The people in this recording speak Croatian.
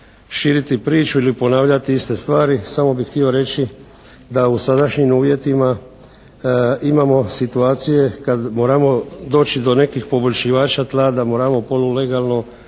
širiti priču ili ponavljati iste stvari. Samo bih htio reći da u sadašnjim uvjetima imamo situacije kad moramo doći do nekih poboljšivača tla, da moramo polulegalno